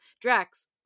Drax